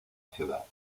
ciudad